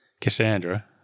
Cassandra